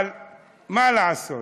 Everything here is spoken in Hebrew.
אבל מה לעשות,